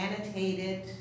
annotated